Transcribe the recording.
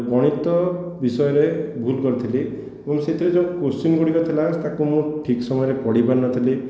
ଗଣିତ ବିଷୟରେ ଭୁଲ କରିଥିଲି ଏବଂ ସେଥିରେ ଯେଉଁ କୋଶ୍ଚି୍ନ୍ ଗୁଡ଼ିକ ଥିଲା ତାକୁ ମୁଁ ଠିକ ସମୟରେ ପଢ଼ିପାରିନଥିଲି